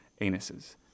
anuses